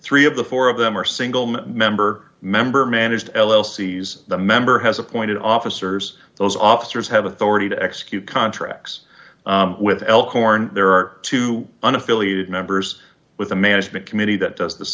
three of the four of them are single member member managed elsie's the member has appointed officers those officers have authority to execute contracts with corn there are two unaffiliated members with a management committee that does th